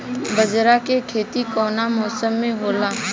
बाजरा के खेती कवना मौसम मे होला?